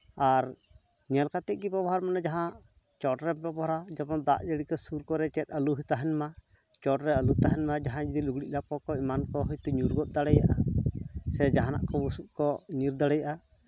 ᱟᱨ ᱧᱮᱞ ᱠᱟᱛᱮᱜ ᱵᱮᱵᱚᱦᱟᱨ ᱢᱟᱱᱮ ᱡᱟᱦᱟᱸ ᱪᱚᱴᱨᱮᱢ ᱵᱮᱵᱚᱦᱟᱨᱟ ᱡᱮᱢᱚᱱ ᱫᱟᱜ ᱡᱟᱹᱲᱤ ᱠᱚ ᱥᱩᱨ ᱠᱚᱨᱮᱜ ᱪᱮᱫ ᱟᱹᱞᱩ ᱛᱟᱦᱮᱱ ᱢᱟ ᱪᱚᱴᱨᱮ ᱟᱹᱞᱩ ᱛᱟᱦᱮᱱ ᱢᱟ ᱡᱟᱦᱟᱸᱭ ᱡᱩᱫᱤ ᱞᱩᱜᱽᱲᱤᱡ ᱞᱟᱯᱚ ᱠᱚ ᱮᱢᱟᱱ ᱠᱚ ᱦᱚᱭᱛᱚ ᱧᱩᱨᱩ ᱦᱚᱫ ᱫᱟᱲᱮᱭᱟᱜᱼᱟ ᱥᱮ ᱡᱟᱦᱟᱱᱟᱜ ᱠᱚ ᱵᱩᱥᱩᱵ ᱠᱚ ᱧᱩᱨ ᱫᱟᱲᱮᱭᱟᱜᱼᱟ